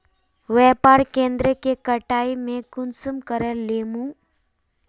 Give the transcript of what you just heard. व्यापार केन्द्र के कटाई में कुंसम करे लेमु?